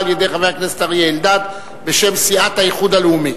על-ידי חבר הכנסת אריה אלדד בשם סיעת האיחוד הלאומי.